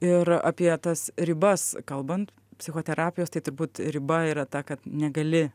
ir apie tas ribas kalbant psichoterapijos tai turbūt riba yra ta kad negali